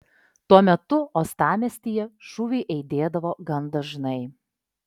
tuo metu uostamiestyje šūviai aidėdavo gan dažnai